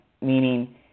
meaning